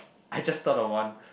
I just thought of one